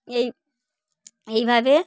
এই এইভাবে